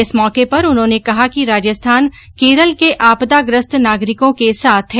इस मौके पर उन्होंने कहा कि राजस्थान केरल के आपदाग्रस्त नागरिकों के साथ है